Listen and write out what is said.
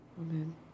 Amen